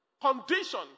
condition